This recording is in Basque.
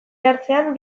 jartzean